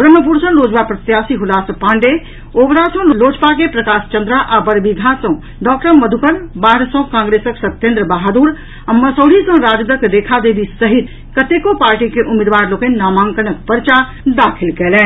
ब्रह्मपुर सँ लोजपा प्रत्याशी हुलास पाण्डेय ओवरा सँ प्रकाश चंद्रा आ बरबीघा सँ डॉक्टर मधुकर बाढ़ सँ कांग्रेसक सत्येन्द्र बहादुर आ मसौढ़ी सँ राजदक रेखा देवी सहित कतेको पार्टी के उम्मीदवार लोकनि नामांकनक पर्चा दाखिल कयलनि